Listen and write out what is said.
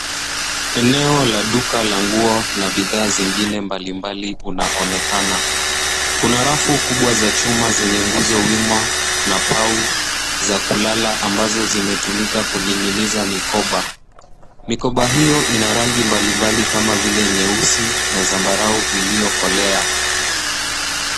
Eneo la duka la nguo na bidhaa zingine mbalimbali unaonekana. Kuna rafu kubwa za chuma zenye nguzo wima na pau za kulala ambazo zimetumika kuning'iniza mikoba. Mikoba hiyo ina rangi mbalimbali kama vile nyeusi na zambarau iliyokolea.